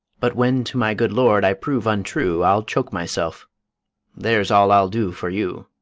but when to my good lord i prove untrue i'll choke myself there's all i'll do for you.